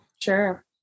Sure